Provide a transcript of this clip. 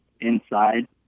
inside